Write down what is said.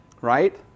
Right